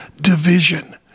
division